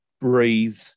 breathe